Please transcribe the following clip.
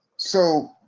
so,